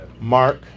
Mark